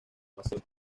paseo